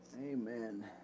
Amen